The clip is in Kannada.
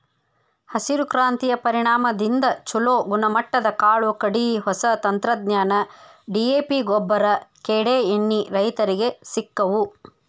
ಹಸಿರು ಕ್ರಾಂತಿಯ ಪರಿಣಾಮದಿಂದ ಚುಲೋ ಗುಣಮಟ್ಟದ ಕಾಳು ಕಡಿ, ಹೊಸ ತಂತ್ರಜ್ಞಾನ, ಡಿ.ಎ.ಪಿಗೊಬ್ಬರ, ಕೇಡೇಎಣ್ಣಿ ರೈತರಿಗೆ ಸಿಕ್ಕವು